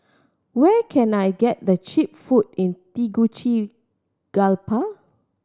where can I get the cheap food in Tegucigalpa